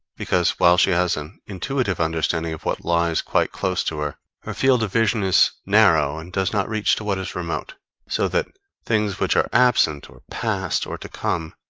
because, while she has an intuitive understanding of what lies quite close to her, her field of vision is narrow and does not reach to what is remote so that things which are absent, or past, or to come,